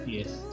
Yes